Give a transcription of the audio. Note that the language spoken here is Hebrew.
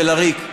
ולריק.